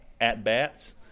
at-bats